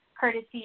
courtesy